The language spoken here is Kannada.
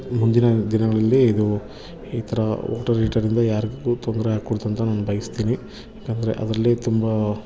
ಮುಂದಿನ ದಿನಗಳಲ್ಲಿ ಇದು ಈ ಥರ ವಾಟರ್ ಹೀಟರಿಂದ ಯಾರಿಗೂ ತೊಂದರೆ ಆಗಕೂಡ್ದು ಅಂತ ನಾನು ಬಯಸ್ತೀನಿ ಯಾಕಂದರೆ ಅದರಲ್ಲಿ ತುಂಬ